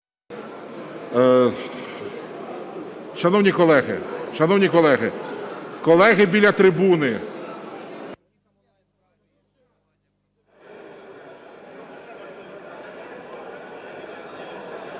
шановні колеги, колеги біля трибуни!